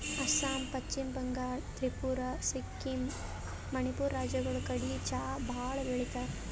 ಅಸ್ಸಾಂ, ಪಶ್ಚಿಮ ಬಂಗಾಳ್, ತ್ರಿಪುರಾ, ಸಿಕ್ಕಿಂ, ಮಣಿಪುರ್ ರಾಜ್ಯಗಳ್ ಕಡಿ ಚಾ ಭಾಳ್ ಬೆಳಿತಾರ್